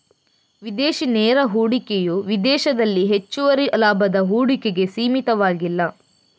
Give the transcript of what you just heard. ವಿದೇಶಿ ನೇರ ಹೂಡಿಕೆಯು ವಿದೇಶದಲ್ಲಿ ಹೆಚ್ಚುವರಿ ಲಾಭದ ಹೂಡಿಕೆಗೆ ಸೀಮಿತವಾಗಿಲ್ಲ